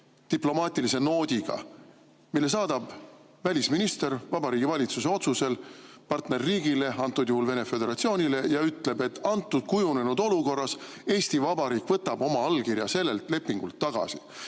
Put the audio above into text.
diplomaatilise noodiga, mille saadab välisminister Vabariigi Valitsuse otsusel partnerriigile, antud juhul Venemaa Föderatsioonile, ja ütleb, et kujunenud olukorras võtab Eesti Vabariik oma allkirja sellelt lepingult tagasi.